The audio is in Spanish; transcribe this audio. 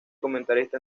comentarista